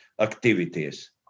activities